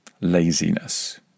laziness